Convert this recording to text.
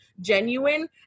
genuine